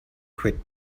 quit